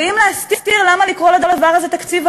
ואם להסתיר, למה לקרוא לדבר הזה "תקציב"?